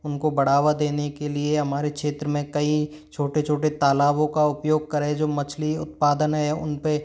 उनको बढ़ावा देने के लिए हमारे क्षेत्र में कई छोटे छोटे तालाबों का उपयोग करें जो मछली उत्पादन है उन पर